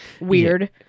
Weird